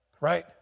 right